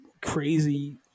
crazy